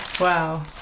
Wow